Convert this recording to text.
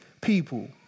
people